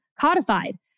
codified